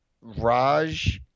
Raj